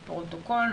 בפרוטוקול,